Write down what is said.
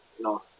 no